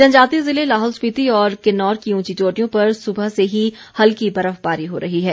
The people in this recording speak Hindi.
जनजातीय ज़िले लाहौल स्पिति और किन्नौर की ऊंची चोटियों पर सुबह से ही हल्की बर्फबारी हो रही है